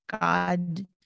God